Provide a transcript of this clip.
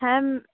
হ্যাঁ